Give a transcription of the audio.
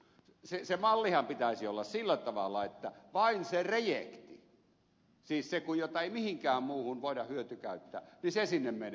sen mallinhan pitäisi olla sillä tavalla että vain se rejekti siis se mitä mihinkään muuhun ei voida hyötykäyttää sinne menee